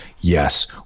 Yes